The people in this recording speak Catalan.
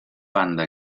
banda